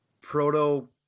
proto